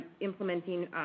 implementing